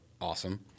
awesome